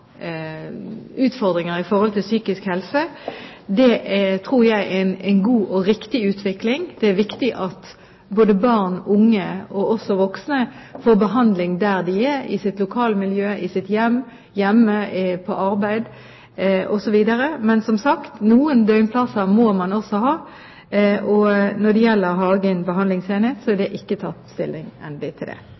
en god og riktig utvikling. Det er viktig at både barn, unge og også voksne får behandling der de er – i sitt lokalmiljø, i sitt hjem, på arbeid osv. Men som sagt: Noen døgnplasser må man også ha. Og når det gjelder Hagen behandlingsenhet, er det ikke tatt endelig stilling til det. Jeg synes det